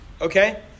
Okay